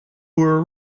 were